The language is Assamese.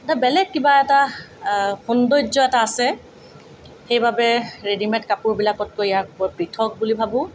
এটা বেলেগ কিবা এটা সৌন্দৰ্য এটা আছে সেইবাবে ৰেডিমে'ড কাপোৰবিলাকতকৈ ইয়াক বৰ পৃথক বুলি ভাবোঁ